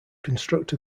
construct